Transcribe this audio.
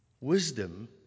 wisdom